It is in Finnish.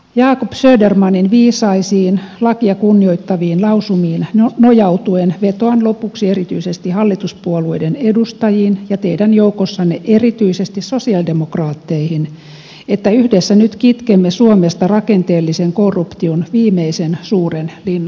jacob södermanin viisaisiin lakia kunnioittaviin lausumiin nojautuen vetoan lopuksi erityisesti hallituspuolueiden edustajiin ja teidän joukossanne erityisesti sosialidemokraatteihin että yhdessä nyt kitkemme suomesta rakenteellisen korruption viimeisen suuren linnakkeen